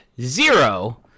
zero